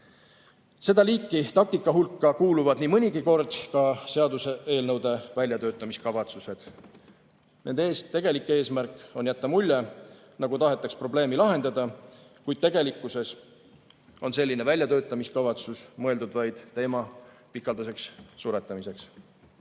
Seda liiki taktika hulka kuuluvad nii mõnigi kord ka seaduseelnõude väljatöötamiskavatsused. Nende tegelik eesmärk on jätta mulje, nagu tahetaks probleemi lahendada, kuid tegelikkuses on selline väljatöötamiskavatsus mõeldud vaid teema pikaldaseks suretamiseks.